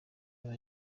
yaba